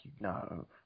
no